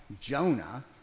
Jonah